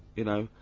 you know,